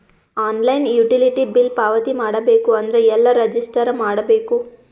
Online utility bill ಪಾವತಿ ಮಾಡಬೇಕು ಅಂದ್ರ ಎಲ್ಲ ರಜಿಸ್ಟರ್ ಮಾಡ್ಬೇಕು?